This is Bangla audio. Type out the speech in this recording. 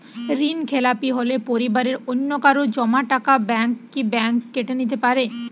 ঋণখেলাপি হলে পরিবারের অন্যকারো জমা টাকা ব্যাঙ্ক কি ব্যাঙ্ক কেটে নিতে পারে?